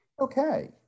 Okay